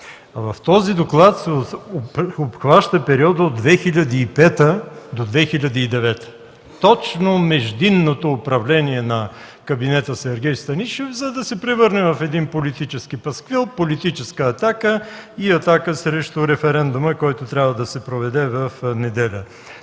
а в този доклад се обхваща периодът от 2005 г. до 2009 г. Точно междинното управление на кабинета Сергей Станишев, за да се превърне в политически пасквил, политическа атака и атака срещу референдума, който трябва да се проведе в неделя.